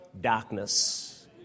darkness